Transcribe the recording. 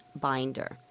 binder